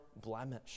blemish